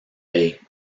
bay